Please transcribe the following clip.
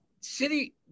City